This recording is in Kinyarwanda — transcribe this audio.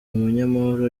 umunyamahoro